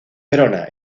verona